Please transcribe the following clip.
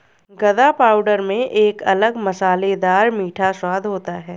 गदा पाउडर में एक अलग मसालेदार मीठा स्वाद होता है